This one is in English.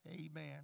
Amen